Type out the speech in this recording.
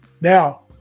Now